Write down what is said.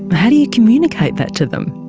how do you communicate that to them?